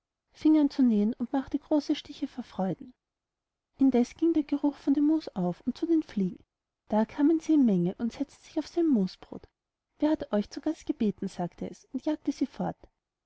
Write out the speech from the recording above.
an zu nähen und machte große stiche vor freuden indeß ging der geruch von dem mus auf und zu den fliegen da kamen sie in menge und setzten sich auf sein musbrot wer hat euch zu gast gebeten sagte es und jagte sie fort